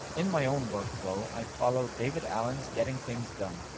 in my own work flow i follow david allen's getting things done,